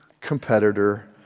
competitor